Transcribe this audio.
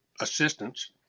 assistance